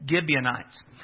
Gibeonites